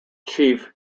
chief